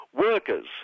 Workers